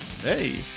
hey